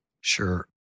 Sure